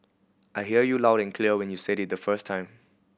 I heard you loud and clear when you said it the first time